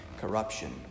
corruption